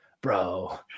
bro